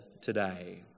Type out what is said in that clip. today